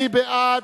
מי בעד?